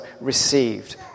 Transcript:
received